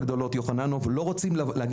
יוחננוף והרשתות הגדולות לא רוצים להגיע